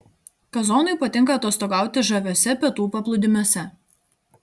kazonui patinka atostogauti žaviuose pietų paplūdimiuose